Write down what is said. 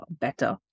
better